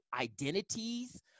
identities